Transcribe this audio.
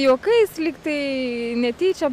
juokais lyg tai netyčia